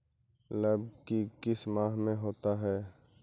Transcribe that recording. लव की किस माह में होता है?